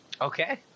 Okay